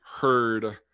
heard